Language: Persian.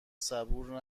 صبور